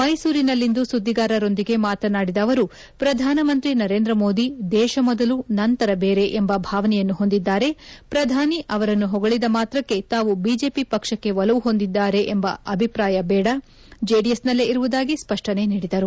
ಮೈಸೂರಿನಲ್ಲಿಂದು ಸುದ್ದಿಗಾರರೊಂದಿಗೆ ಮಾತನಾಡಿದ ಅವರು ಪ್ರಧಾನಮಂತ್ರಿ ನರೇಂದ್ರ ಮೋದಿ ದೇಶ ಮೊದಲು ನಂತರ ಬೇರೆ ಎಂಬ ಭಾವನೆಯನ್ನು ಹೊಂದಿದ್ದಾರೆ ಪ್ರಧಾನಿ ಅವರನ್ನು ಹೊಗಳಿದ ಮಾತ್ರಕ್ಕೆ ತಾವು ಬಿಜೆಪಿ ಪಕ್ಷಕ್ಕೆ ಒಲವು ಹೊಂದಿದ್ದಾರೆ ಎಂಬ ಅಭಿಪ್ರಾಯ ಬೇದ ಜೆಡಿಎಸ್ನಲ್ಲೇ ಇರುವುದಾಗಿ ಸ್ಪಷ್ಟನೆ ನೀಡಿದರು